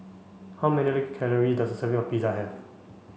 how many calories does a serving of Pizza have